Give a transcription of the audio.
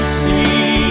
see